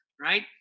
right